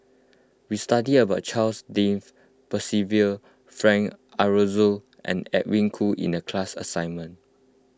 we studied about Charles Dyce Percival Frank Aroozoo and Edwin Koo in the class assignment